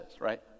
right